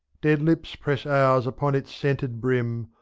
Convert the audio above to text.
dead lips press ours upon its scented brim.